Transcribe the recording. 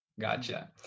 Gotcha